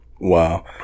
Wow